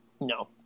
No